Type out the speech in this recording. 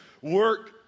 work